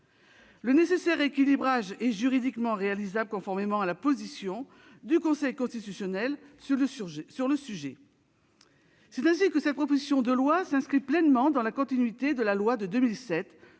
Un nécessaire rééquilibrage est juridiquement réalisable, conformément à la position du Conseil constitutionnel sur le sujet. C'est ainsi que cette proposition de loi s'inscrit pleinement dans la continuité de la loi du 21